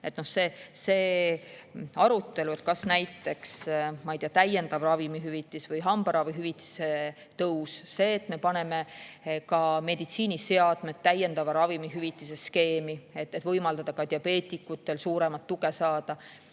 on] näiteks, ma ei tea, täiendav ravimihüvitis või hambaravihüvitise tõus, see, et me paneme ka meditsiiniseadmed täiendava ravimihüvitise skeemi, et võimaldada ka diabeetikutel suuremat tuge saada.